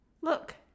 Look